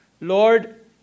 Lord